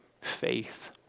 faith